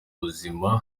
ubuzima